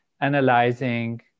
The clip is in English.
analyzing